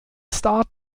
star